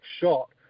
shot